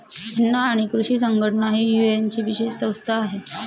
अन्न आणि कृषी संघटना ही युएनची विशेष संस्था आहे